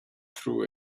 through